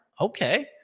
Okay